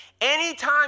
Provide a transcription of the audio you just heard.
Anytime